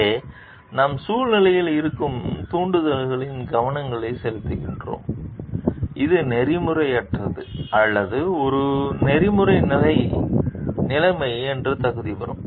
இங்கே நாம் சூழ்நிலையில் இருக்கும் தூண்டுதல்களில் கவனம் செலுத்துகிறோம் இது நெறிமுறையற்றது அல்லது ஒரு நெறிமுறை நிலைமை என்று தகுதி பெறும்